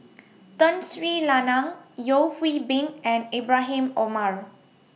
Tun Sri Lanang Yeo Hwee Bin and Ibrahim Omar